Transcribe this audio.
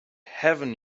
heaven